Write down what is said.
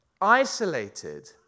isolated